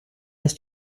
ist